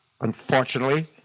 Unfortunately